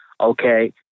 Okay